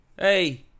Hey